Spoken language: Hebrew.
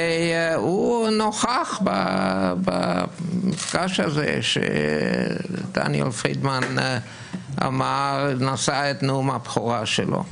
והוא נוכח במפגש הזה שדניאל פרידמן נשא את נאום הבכורה שלו.